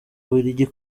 bubiligi